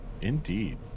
indeed